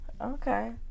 Okay